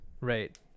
Right